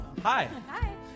Hi